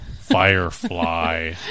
firefly